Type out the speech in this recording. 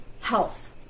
Health